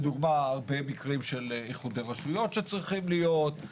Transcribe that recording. לדוגמא במקרים של איחודי רשויות שצריכים להיות.